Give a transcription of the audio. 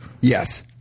Yes